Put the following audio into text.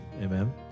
Amen